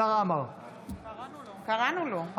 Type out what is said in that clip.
קראנו לו.